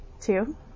Two